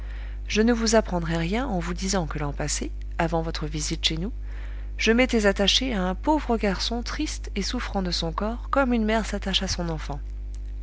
je ne vous apprendrai rien en vous disant que l'an passé avant votre visite chez nous je m'étais attachée à un pauvre garçon triste et souffrant de son corps comme une mère s'attache à son enfant